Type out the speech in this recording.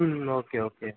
ம் okay okay